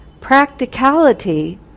practicality